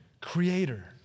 creator